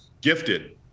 gifted